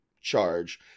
charge